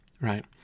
Right